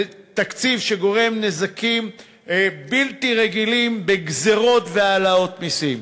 תקציב שגורם נזקים בלתי רגילים בגזירות והעלאות מסים.